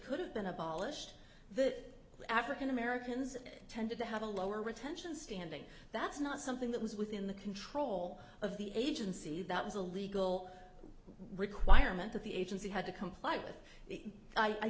could have been abolished that african americans tended to have a lower retention standing that's not something that was within the control of the agency that was a legal requirement that the agency had to comply with the i